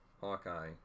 Hawkeye